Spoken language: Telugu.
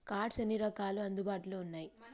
కార్డ్స్ ఎన్ని రకాలు అందుబాటులో ఉన్నయి?